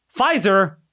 Pfizer